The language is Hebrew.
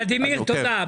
ולדימיר, תודה.